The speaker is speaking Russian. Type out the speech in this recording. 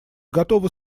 готовы